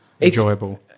enjoyable